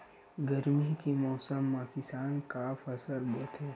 गरमी के मौसम मा किसान का फसल बोथे?